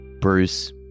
Bruce